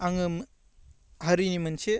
आङो हारिनि मोनसे